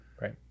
Right